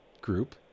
group